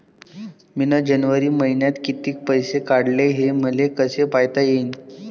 मिन जनवरी मईन्यात कितीक पैसे काढले, हे मले कस पायता येईन?